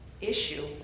issue